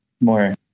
more